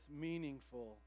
meaningful